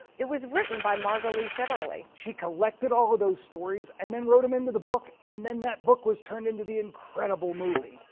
it was written by margot lee shetterly. she collected all of those stories and then wrote them into the book and then that book was turned into the incredible movie.